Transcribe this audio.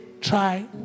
try